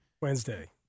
Wednesday